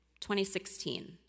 2016